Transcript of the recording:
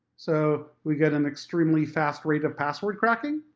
so we get an extremely fast rate of password cracking.